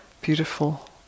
beautiful